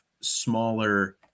smaller